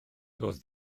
doedd